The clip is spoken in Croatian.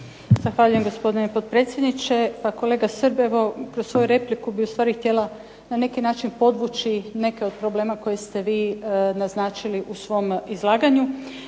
Zahvaljujem gospodine potpredsjendiče. Pa kolega Srb, evo kroz svoju repliku bih u stvari htjela na neki način podvući neke od problema koje ste vi naznačili u svom izlaganju,